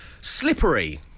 Slippery